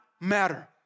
matter